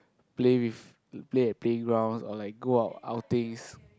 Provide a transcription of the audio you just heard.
play with play at playgrounds or like go on outings